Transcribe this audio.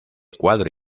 cuadro